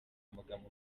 amagambo